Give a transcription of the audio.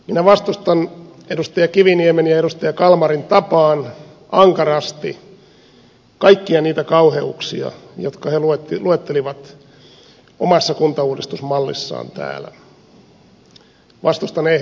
minä vastustan edustaja kiviniemen ja edustaja kalmarin tapaan ankarasti kaikkia niitä kauheuksia jotka he luettelivat omassa kuntauudistusmallissaan täällä vastustan ehdottomasti